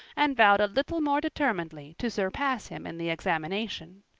and vowed a little more determinedly to surpass him in the examination.